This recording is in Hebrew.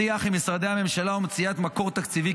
שיח עם משרדי הממשלה ומציאת מקור תקציבי,